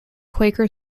quaker